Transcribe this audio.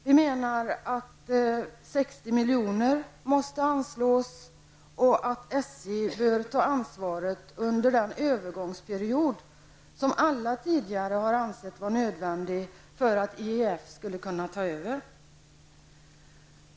Vi menar att 60 milj.kr. måste anslås och att SJ bör ta ansvaret under den övergångsperiod som alla tidigare har ansett vara nödvändig för att IEF skall kunna ta över.